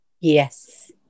yes